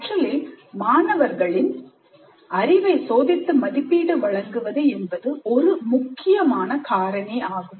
கற்றலில் மாணவர்களின் அறிவை சோதித்து மதிப்பீடு வழங்குவது என்பது ஒரு முக்கியமான காரணி ஆகும்